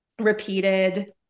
repeated